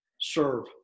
serve